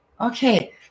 okay